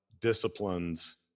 disciplines